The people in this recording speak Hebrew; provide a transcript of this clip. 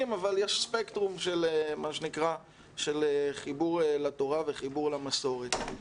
אבל יש ספקטרום של חיבור לתורה וחיבור למסורת.